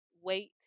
wait